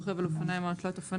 רוכב על אופניים או על תלת-אופניים,